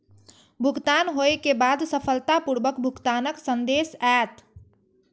भुगतान होइ के बाद सफलतापूर्वक भुगतानक संदेश आओत